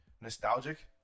nostalgic